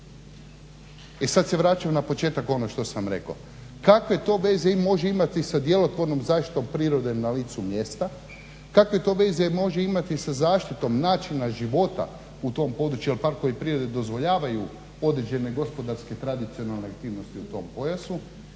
E sad se vraćam na početak ono što sam rekao, kakve to veze može imati sa djelotvornom zaštitom prirode na licu mjesta, kakve to veze može imati sa zaštitom načina života u tom području jer parkovi prirode dozvoljavaju određene gospodarske tradicionalne aktivnosti u tom pojasu